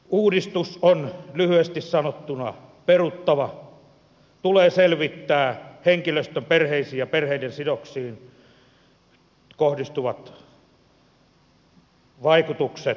uudistus on lyhyesti sanottuna peruttava tulee selvittää henkilöstön perheisiin ja perheiden sidoksiin kohdistuvat vaikutukset